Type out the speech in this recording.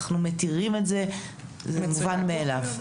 אנחנו מתירים את זה וזה מובן מאליו.